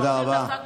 תודה רבה.